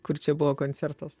kur čia buvo koncertas